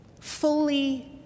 fully